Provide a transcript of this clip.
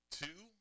two